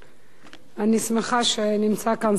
אני שמחה שנמצא כאן שר האוצר,